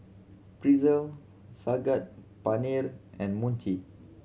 Pretzel Saag Paneer and Mochi